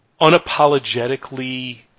unapologetically